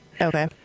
Okay